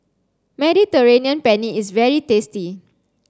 Mediterranean Penne is very tasty